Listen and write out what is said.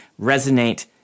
resonate